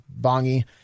Bongi